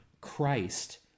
Christ